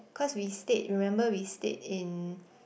cause we stayed remember we stayed in